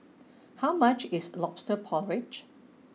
how much is Lobster Porridge